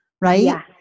right